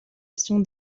gestion